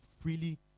freely